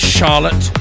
Charlotte